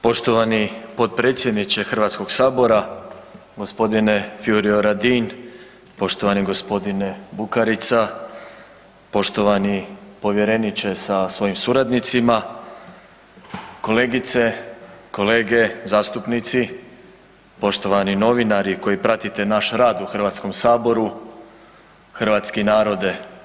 Poštovani potpredsjedniče Hrvatskog sabora, g. Furio Radin, poštovani g. Bukarica, poštovani povjereniče sa svojim suradnicima, kolegice, kolege zastupnici, poštovani novinari koji pratite naš rad u Hrvatskom saboru, hrvatski narode.